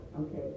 Okay